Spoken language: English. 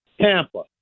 Tampa